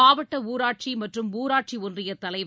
மாவட்ட ஊராட்சி மற்றும் ஊராட்சி ஒன்றியத் தலைவர்